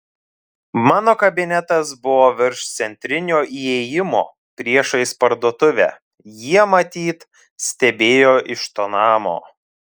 mano kabinetas buvo virš centrinio įėjimo priešais parduotuvę jie matyt stebėjo iš to namo